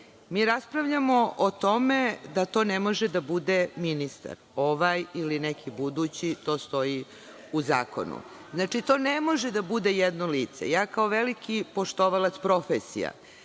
Raspravljamo o tome da to ne može da bude ministar, ovaj ili neki budući, to stoji u zakonu. Znači, to ne može da bude jedno lice. Ja kao veliki poštovalac profesija